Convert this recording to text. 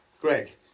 Greg